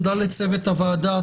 תודה לצוות הוועדה.